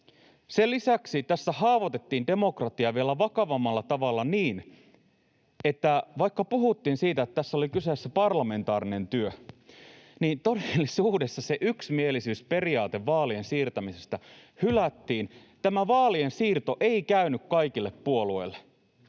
Sen lisäksi tässä haavoitettiin demokratiaa vielä vakavammalla tavalla niin, että vaikka puhuttiin siitä, että tässä oli kyseessä parlamentaarinen työ, niin todellisuudessa se yksimielisyysperiaate vaalien siirtämisestä hylättiin. Tämä vaalien siirto ei käynyt kaikille puolueille.